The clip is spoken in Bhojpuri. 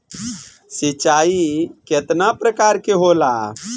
सिंचाई केतना प्रकार के होला?